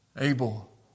Abel